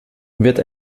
wird